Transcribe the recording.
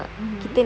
mmhmm